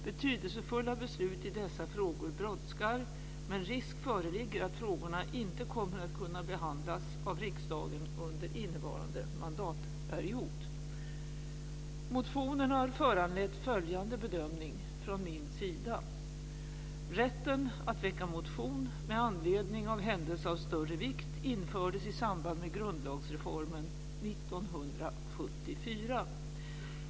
Betydelsefulla beslut i dessa frågor brådskar, men risk föreligger att frågorna inte kommer att kunna behandlas av riksdagen under innevarande mandatperiod. Motionen har föranlett följande bedömning från min sida. Rätten att väcka motion med anledning av händelse av större vikt infördes i samband med grundlagsreformen 1974.